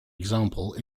example